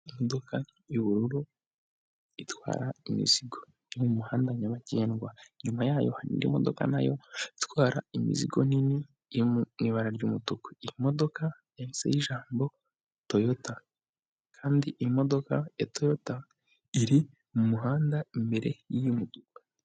Imodoka y'ubururu itwara imizigo yumuhanda nyabagendwa inyuma yayo n imodokadoka nayo itwara imizigo nini yo ibara ry'umutuku imodoka yasa yijambo poyota kandi imodoka ya toyota iri mumuhanda imbere y'imodoka.